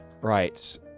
Right